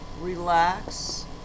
relax